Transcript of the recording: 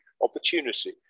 opportunity